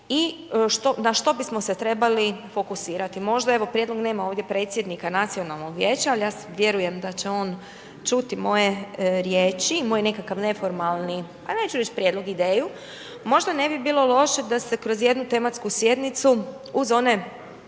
i na što bismo se trebali fokusirati. Možda, evo prijedlog, nema ovdje predsjednika nacionalnog vijeća, ali ja vjerujem da će on čuti moje riječi i moj nekakav neformalni, a neću reći prijedlog, ideju, možda ne bi bilo loše da se kroz jednu tematsku sjednicu uz one